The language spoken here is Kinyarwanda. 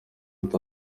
ati